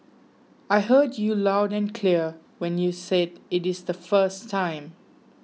I heard you loud and clear when you said it is the first time